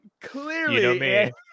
Clearly